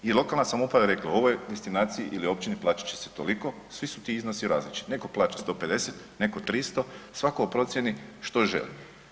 I lokalna samouprava je rekla, ovoj destinaciji ili općini plaćat će se toliko, svi su ti iznosi različiti, neko plaća 150, neko 300 svako procjeni što želi.